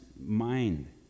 mind